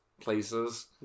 places